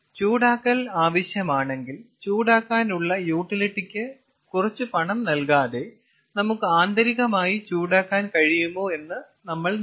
ചൂടാക്കൽ ആവശ്യമാണെങ്കിൽ ചൂടാക്കാനുള്ള യൂട്ടിലിറ്റിക്ക് കുറച്ച് പണം നൽകാതെ നമുക്ക് ആന്തരികമായി ചൂടാക്കാൻ കഴിയുമോ എന്ന് നമ്മൾ നോക്കണം